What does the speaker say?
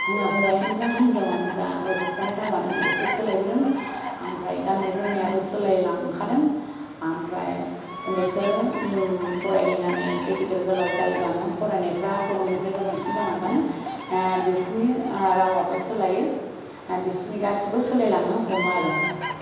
हौवायानो जा हिनजावानो जा आमफ्राय बेफोरनि रावानो इसे सोलायबोदों आमफ्राय गाननाय जोमनायाबो सोलाय लांखादों आमफ्राय बिसोरो फरायहैनानै इसे गिदिर गोलाव जायोबानो फरायनायफ्रा गोबांनिफ्राय गोबां जालां बानो बेसिनि रावाबो सोलायो आर बिसिनि गासैबो सोलाय लांनो हमो आरो